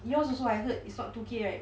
yours also I heard it's not two K right